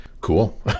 cool